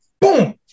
Boom